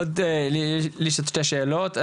לי יש עוד שתי שאלות.